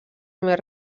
més